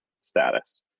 status